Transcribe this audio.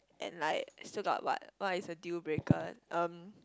and like still got what what is a deal breaker um